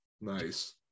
Nice